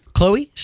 Chloe